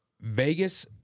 Vegas